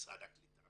משרד הקליטה,